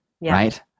Right